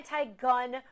anti-gun